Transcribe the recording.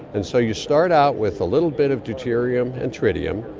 and so you start out with a little bit of deuterium and tritium,